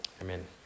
Amen